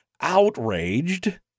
outraged